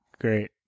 Great